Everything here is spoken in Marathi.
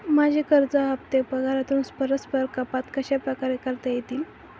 माझे कर्ज हफ्ते पगारातून परस्पर कपात कशाप्रकारे करता येतील?